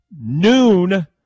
Noon